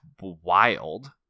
wild